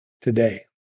today